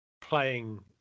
playing